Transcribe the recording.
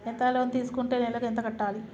ఎంత లోన్ తీసుకుంటే నెలకు ఎంత కట్టాలి?